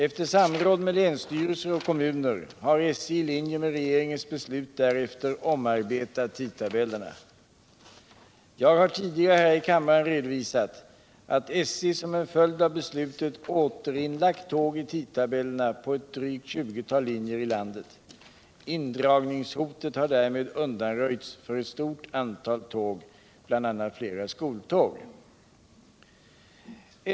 Efter samråd med länsstyrelser och kommuner har SJ i linje med regeringens beslut därefter omarbetat tidtabellerna. Jag har tidigare här i kammaren redovisat att SJ som en följd av beslutet återinlagt tåg i tidtabellerna på ett drygt 20-tal linjer i landet. Indragningshotet har därmed undanröjts för ett stort antal tåg, bl.a. flera skoltåg.